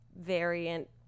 variant